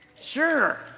Sure